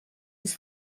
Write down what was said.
his